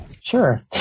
Sure